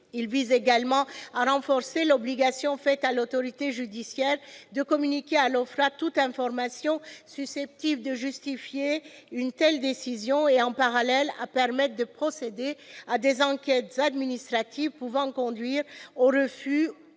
Il vise également à renforcer l'obligation faite à l'autorité judiciaire de communiquer à l'OFPRA toute information susceptible de justifier une telle décision et, en parallèle, à permettre de procéder à des enquêtes administratives pouvant conduire au refus